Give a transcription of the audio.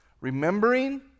Remembering